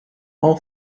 all